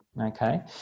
okay